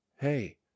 hey